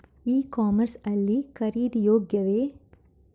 E commerce ಲ್ಲಿ ಖರೀದಿ ಯೋಗ್ಯವೇ?